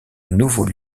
nouveau